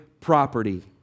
property